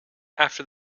after